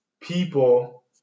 people